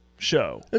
show